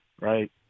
right